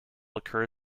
occur